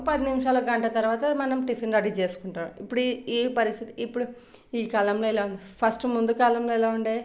పది నిమిషాలు గంట తర్వాత మనం టిఫిన్ రెడీ చేసుకుంటాం ఇప్పుడు ఈ పరిస్థితి ఇప్పుడు ఈ కాలంలో ఇలా ఫస్ట్ ముందు కాలంలో ఎలా ఉండే